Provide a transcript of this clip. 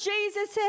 Jesus